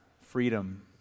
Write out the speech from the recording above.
freedom